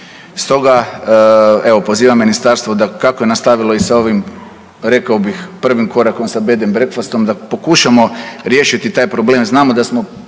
Stoga evo pozivam ministarstvo da kako je nastavilo i sa ovim rekao bih prvim korakom sa bed & breakfastom da pokušamo riješiti taj problem. Znamo da smo